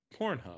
Pornhub